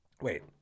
wait